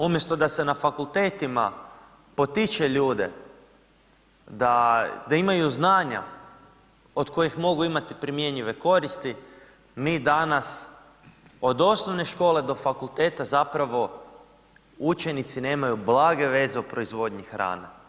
Umjesto da se na fakultetima potiče ljude da imaju znanja od kojih mogu imati primjenjive koristi, mi danas od osnovne škole do fakulteta zapravo učenici nemaju blage veze o proizvodnji hrane.